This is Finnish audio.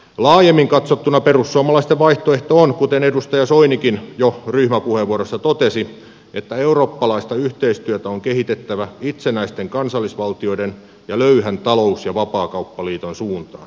laajemmin katsottuna perussuomalaisten vaihtoehto on kuten edustaja soinikin jo ryhmäpuheenvuorossa totesi että eurooppalaista yhteistyötä on kehitettävä itsenäisten kansallisvaltioiden ja löyhän talous ja vapaakauppaliiton suuntaan